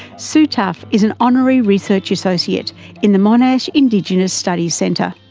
sue taffe is an honorary research associate in the monash indigenous studies centre.